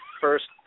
first